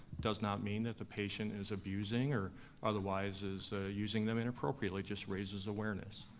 does not mean that the patient is abusing or otherwise is using them inappropriately, just raises awareness.